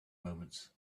moments